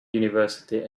university